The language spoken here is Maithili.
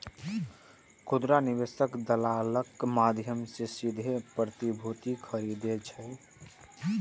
खुदरा निवेशक दलालक माध्यम सं सीधे प्रतिभूति खरीदै छै